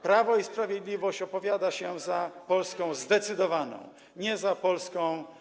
Prawo i Sprawiedliwość opowiada się za Polską zdecydowaną, nie za Polską.